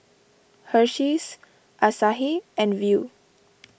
Hersheys Asahi and Viu